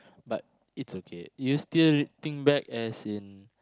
but it's okay you still think back as in